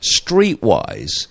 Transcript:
streetwise